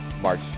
March